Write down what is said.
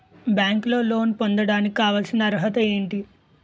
బ్యాంకులో లోన్ పొందడానికి కావాల్సిన అర్హత ఏంటి?